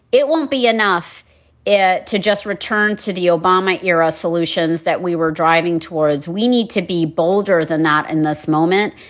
it won't be enough to just return to the obama era solutions that we were driving towards. we need to be bolder than that in this moment.